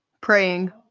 praying